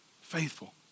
faithful